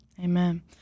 Amen